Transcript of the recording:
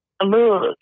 Look